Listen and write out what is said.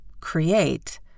create